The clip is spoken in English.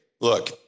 Look